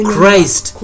Christ